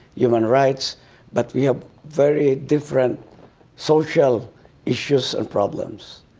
human rights but we have very different social issues and problems.